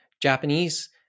Japanese